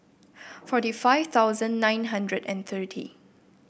forty five thousand nine hundred and thirty